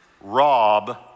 rob